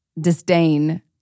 disdain